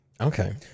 Okay